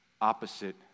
opposite